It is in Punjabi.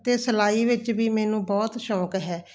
ਅਤੇ ਸਿਲਾਈ ਵਿੱਚ ਵੀ ਮੈਨੂੰ ਬਹੁਤ ਸ਼ੌਂਕ ਹੈ